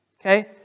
Okay